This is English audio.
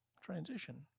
transition